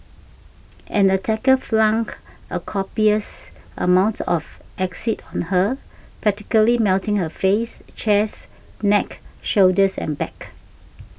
an attacker flung a copious amount of acid on her practically melting her face chest neck shoulders and back